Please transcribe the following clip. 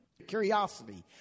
Curiosity